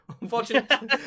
Unfortunately